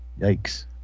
Yikes